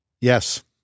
Yes